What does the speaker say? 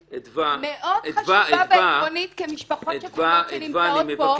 חשובה ועקרונית כמשפחות שכולות שנמצאות פה.